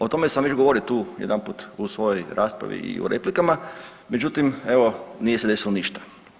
O tome sam već govorio tu jedanput u svojoj raspravi i u replikama, međutim evo nije se desilo ništa.